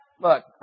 look